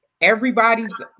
everybody's